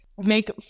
make